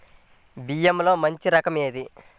బియ్యంలో మంచి రకం ఏది?